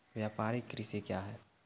व्यापारिक कृषि क्या हैं?